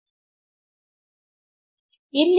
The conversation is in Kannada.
ಉಲ್ಲೇಖ ಸ್ಲೈಡ್ ಸಮಯದಲ್ಲಿ 2541 ಪು 1 ಇ 1 ಆಗಿರಬೇಕು